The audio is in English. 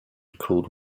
called